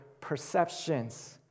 perceptions